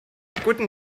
guten